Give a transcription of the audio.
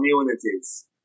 communities